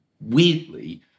weirdly